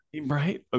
right